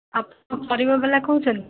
ଆପଣ ପରିବା ବାଲା କହୁଛନ୍ତି